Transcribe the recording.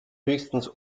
höchstens